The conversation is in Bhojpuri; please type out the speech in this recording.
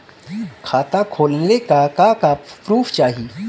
खाता खोलले का का प्रूफ चाही?